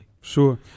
Sure